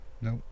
Nope